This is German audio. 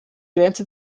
grenze